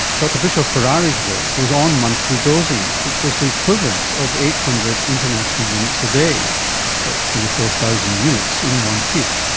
dr bischoff-ferrari's work was on monthly dosing, which was the equivalent of eight hundred international units a day. that's twenty four thousand units in one hit.